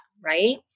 right